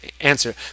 answer